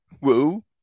woo